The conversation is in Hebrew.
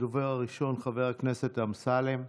הדובר הראשון, חבר הכנסת אמסלם.